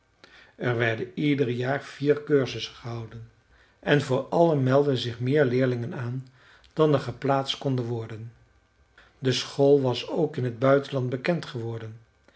er werden ieder jaar vier cursussen gehouden en voor alle meldden zich meer leerlingen aan dan er geplaatst konden worden de school was ook in het buitenland bekend geworden